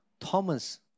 Thomas